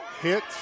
Hit